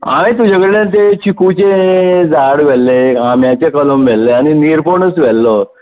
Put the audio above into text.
हांवें तुजे कडल्यान ते चिकुचें झाड व्हेल्लें आंब्याचें कलम वेल्ले आनी नीर पणस व्हेल्लो